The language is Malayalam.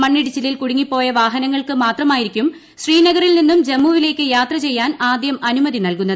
മണ്ണിടിച്ചിലിൽ കുടുങ്ങിപ്പോയ വാഹനങ്ങൾക്ക് മാത്രമായിരിക്കും ശ്രീനഗറിൽ നിന്നും ജമ്മുവിലേക്ക് യാത്ര ചെയ്യാൻ ആദ്യം അനുമതി നൽകുന്നത്